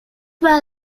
were